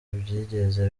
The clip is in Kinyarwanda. byigeze